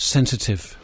Sensitive